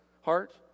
heart